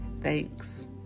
Thanks